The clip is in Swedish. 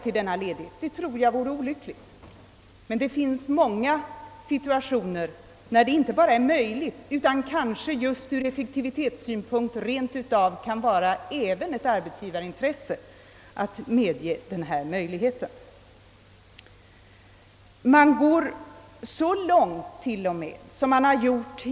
I många situationer kan det emellertid vara inte bara möjligt utan även ur effektivitetssynpunkt ett arbetsgivarintresse att medge en längre sammanhängande ledighet.